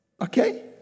Okay